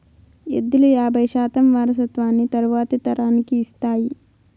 ఎద్దులు యాబై శాతం వారసత్వాన్ని తరువాతి తరానికి ఇస్తాయి